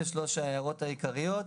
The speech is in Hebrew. אלה שלוש ההערות העיקריות.